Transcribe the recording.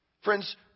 Friends